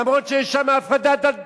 אף ששם יש הפרדת דת מהמדינה.